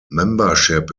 membership